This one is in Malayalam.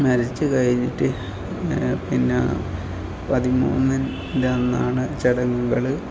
മരിച്ച് കഴിഞ്ഞിട്ട് ഇങ്ങനെ പിന്നെ പതിമൂന്നിൻ്റെ അന്നാണ് ചടങ്ങുകൾ